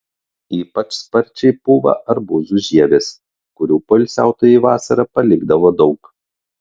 ypač sparčiai pūva arbūzų žievės kurių poilsiautojai vasarą palikdavo daug